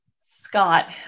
Scott